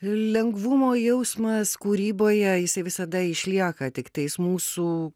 lengvumo jausmas kūryboje jisai visada išlieka tiktais mūsų